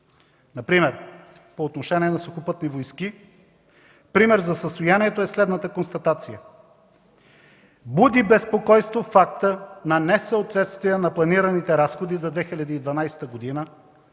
обектите. По отношение на Сухопътни войски, пример за състоянието е следната констатация – буди несъответствие фактът на несъответствие на планираните разходи за 2012 г.,